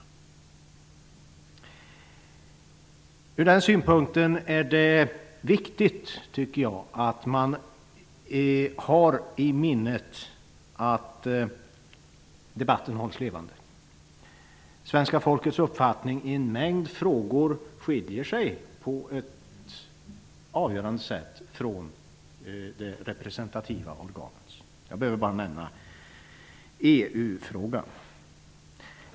Från den synpunkten är det viktigt att debatten hålls levande. Svenska folkets uppfattning i en mängd frågor skiljer sig på ett avgörande sätt från det representativa organets -- jag behöver bara nämna EU-frågan.